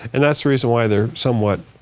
and that's the reason why they're somewhat